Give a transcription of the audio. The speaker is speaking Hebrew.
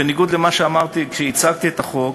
בניגוד למה שאמרתי כשהצגתי את החוק,